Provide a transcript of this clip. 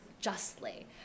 justly